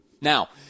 Now